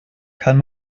kann